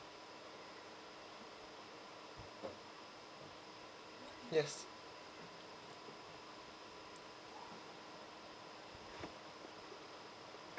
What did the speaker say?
yes